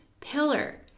pillar